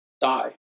die